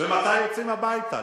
ומתי יוצאים הביתה,